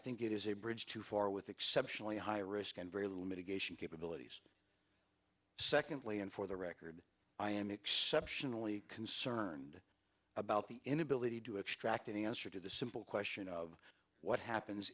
think it is a bridge too far with exceptionally high risk and very little mitigating capabilities secondly and for the record i am exceptionally concerned about the inability to extract an answer to the simple question of what happens